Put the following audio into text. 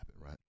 right